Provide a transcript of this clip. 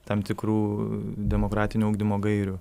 tam tikrų demokratinio ugdymo gairių